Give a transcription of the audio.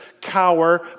cower